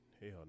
Hell